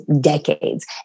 decades